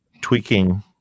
tweaking